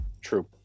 true